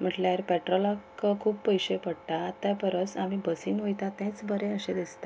म्हटल्यार पेट्रोलाक खूब पयशे पडटात त्या परस आमी बसीन वयता तेंच बरें अशें दिसता